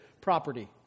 property